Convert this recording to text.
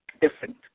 different